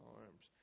arms